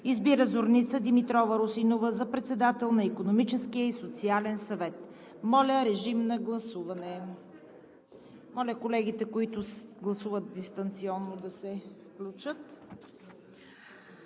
Избира Зорница Димитрова Русинова за председател на Икономическия и социален съвет.“ Моля, колегите, които гласуват дистанционно, да се включат.